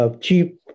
cheap